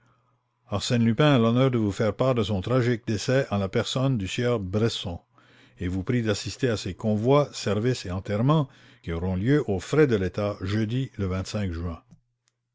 arsène lupin a l'honneur de vous faire pari de son tragique décès en la personne du sieur cresson et vous prie d'assister à ses convoi service et enterrement qui auront lieu aux frais de l'état le juin